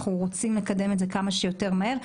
אנחנו רוצים לקדם את זה כמה שיותר מהר.